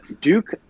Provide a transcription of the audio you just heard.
Duke